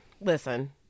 listen